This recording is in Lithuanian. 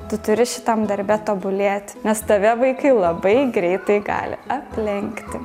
tu turi šitam darbe tobulėti nes tave vaikai labai greitai gali aplenkti